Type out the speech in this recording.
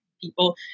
people